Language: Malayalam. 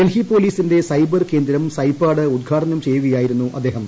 ഡൽഹി പോലീസിന്റെ സൈബർ കേന്ദ്രം സൈപാഡ് ഉദ്ഘാടനം ചെയ്യുകയായിരുന്നു അദ്ദേഹം